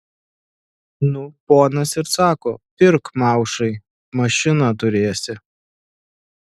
nu ponas ir sako pirk maušai mašiną turėsi